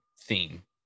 theme